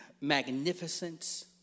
magnificence